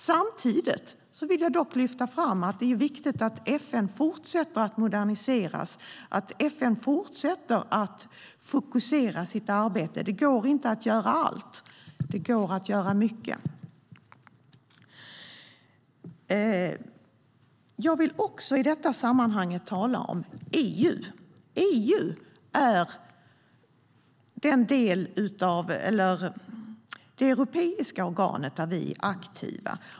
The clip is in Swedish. Samtidigt vill jag lyfta fram att det är viktigt att FN fortsätter att moderniseras och att FN fortsätter att fokusera sitt arbete. Det går inte att göra allt, men det går att göra mycket. Jag vill också tala om EU. EU är det europeiska organ där vi är aktiva.